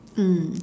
mm